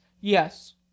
Yes